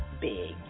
big